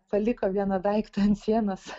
paliko vieną daiktą ant sienos